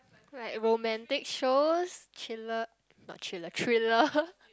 like romantic shows killer not killer thriller